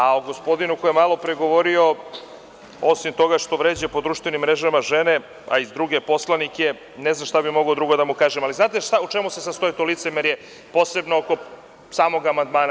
A o gospodinu koji je malo pre govorio, osim toga što vređa po društvenim mrežama žene, a i druge poslanike, ne znam šta bi drugo mogao da mu kažem, ali znate u čemu se sastoji to licemerje, posebno oko samog amandmana?